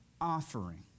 offering